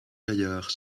gaillard